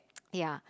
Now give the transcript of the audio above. ya